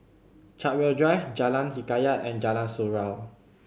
Chartwell Drive Jalan Hikayat and Jalan Surau